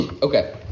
Okay